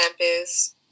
campus